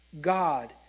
God